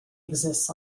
exists